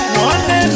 one